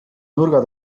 nurga